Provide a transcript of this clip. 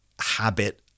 habit